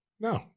No